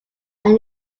are